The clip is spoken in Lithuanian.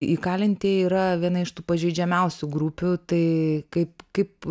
įkalintieji yra viena iš tų pažeidžiamiausių grupių tai kaip kaip